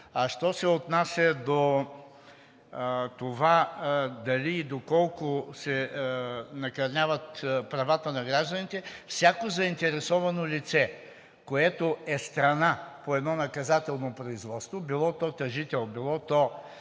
А що се отнася до това дали и доколко се накърняват правата на гражданите, всяко заинтересовано лице, което е страна по едно наказателно производство, било то тъжител, било то